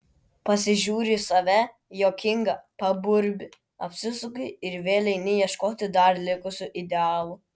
pasižiūri į save juokinga paburbi apsisuki ir vėl eini ieškoti dar likusių idealų